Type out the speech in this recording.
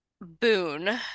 boon